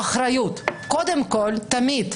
האחריות קודם כל, תמיד,